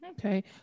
Okay